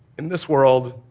in this world,